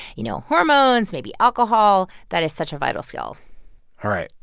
you know, hormones, maybe alcohol. that is such a vital skill all right.